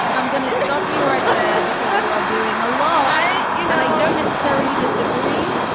i'm gonna stop you right there because you are doing a lot i you know, i don't necessarily disagree,